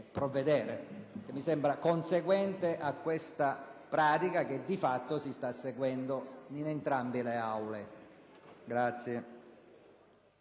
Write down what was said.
provvedere. Mi sembra conseguente a questa pratica che di fatto si sta seguendo in entrambe le Aule del